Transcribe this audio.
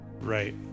Right